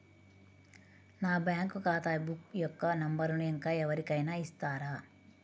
నా బ్యాంక్ ఖాతా బుక్ యొక్క నంబరును ఇంకా ఎవరి కైనా ఇస్తారా?